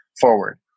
forward